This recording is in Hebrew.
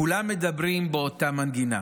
כולם מדברים באותה מנגינה: